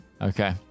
okay